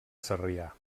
sarrià